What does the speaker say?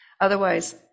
otherwise